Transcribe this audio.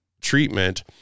treatment